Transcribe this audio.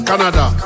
Canada